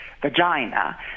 vagina